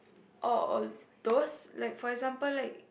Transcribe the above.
or those like for example like